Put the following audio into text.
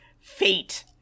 fate